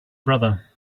brother